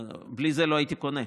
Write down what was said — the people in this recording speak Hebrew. ובלי זה לא הייתי קונה,